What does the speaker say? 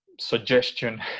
suggestion